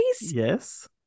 Yes